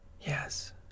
Yes